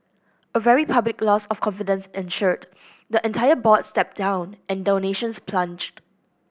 a very public loss of confidence ensued the entire board stepped down and donations plunged